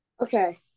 okay